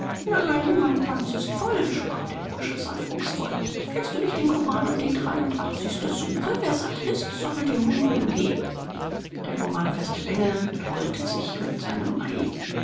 nein mein pans ist voll sprach der bursche salbungsvoll kennst du nicht den koran und die sure wer satt ist soll dem hungrigen geben der koranfeste bengel trollte sich mit seinem ei